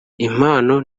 impano